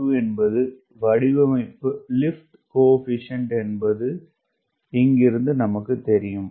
2 என்பது வடிவமைப்பு லிப்ட் குணகம் என்பது இங்கிருந்து நமக்குத் தெரியும்